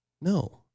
No